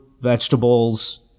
vegetables